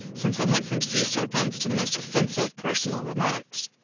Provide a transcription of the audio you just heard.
since they went from sea serpents to the most offensive personal remarks.